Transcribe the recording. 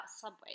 Subway